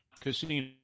casino